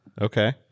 Okay